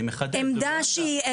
אני מחדד --- סליחה.